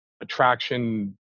attraction